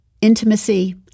Intimacy